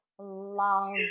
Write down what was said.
love